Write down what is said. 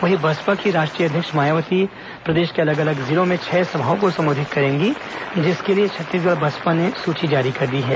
वहीं बसपा की राष्ट्रीय अध्यक्ष मायावती प्रदेश के अलग अलग जिलों में छह सभाओं को संबोधित करेंगी जिसके लिए छत्तीसगढ़ बसपा ने सूची जारी कर दी है